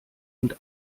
und